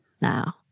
now